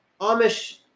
Amish